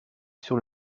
sur